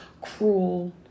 cruel